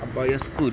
about your school